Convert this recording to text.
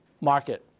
market